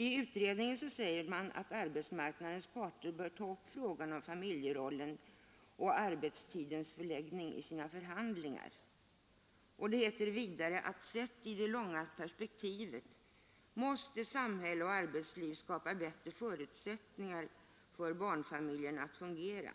I utredningen säger man att arbetsmarknadens parter bör ta upp frågan om familjerollen och arbetstidens förläggning i sina förhandlingar. Det heter vidare att sett i det långa perspektivet måste samhälle och arbetsliv skapa bättre förutsättningar för barnfamiljerna att fungera.